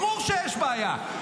ברור שיש בעיה.